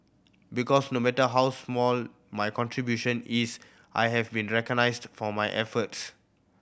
because no matter how small my contribution is I have been recognised for my efforts